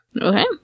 Okay